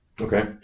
Okay